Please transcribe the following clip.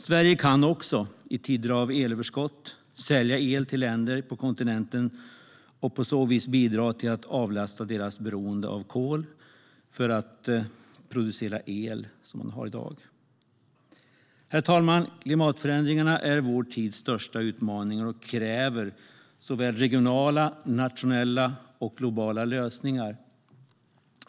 Sverige kan också i tider av elöverskott sälja el till länder på kontinenten och på så vis bidra till att avlasta deras beroende av kol för att producera el. Herr talman! Klimatförändringarna är vår tids största utmaning och kräver såväl regionala och nationella som globala lösningar.